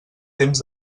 temps